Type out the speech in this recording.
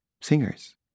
singers